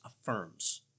affirms